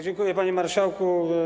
Dziękuję, panie marszałku.